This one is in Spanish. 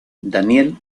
daniel